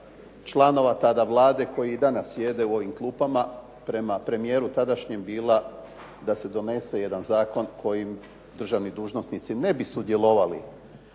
članova tada Vlade koji i danas sjede u ovim klupama, prema premijeru tadašnjem bila da se donese jedan zakon kojim državni dužnosnici ne bi sudjelovali